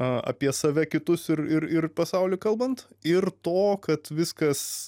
apie save kitus ir ir ir pasaulį kalbant ir to kad viskas